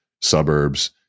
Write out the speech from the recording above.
suburbs